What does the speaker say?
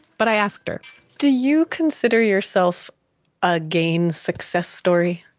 but i asked her do you consider yourself a gain success story?